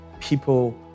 people